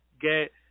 get